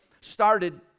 started